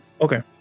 okay